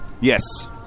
Yes